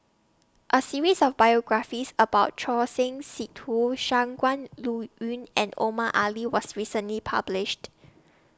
A series of biographies about Choor Singh Sidhu Shangguan Liuyun and Omar Ali was recently published